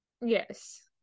yes